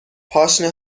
پاشنه